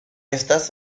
estas